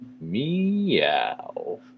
Meow